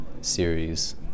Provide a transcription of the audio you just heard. series